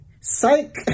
psych